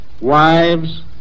wives